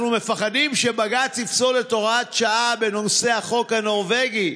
מפחדים שבג"ץ יפסול את הוראת השעה בנושא החוק הנורבגי.